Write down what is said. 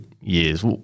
years